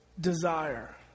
desire